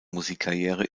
musikkarriere